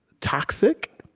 toxic?